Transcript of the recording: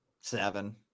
Seven